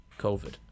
COVID